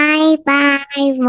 Bye-bye